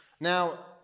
Now